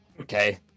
Okay